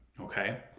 Okay